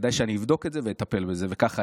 כדאי שאני אבדוק את זה ואטפל בזה, וכך היה.